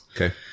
Okay